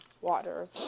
water